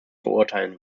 verurteilen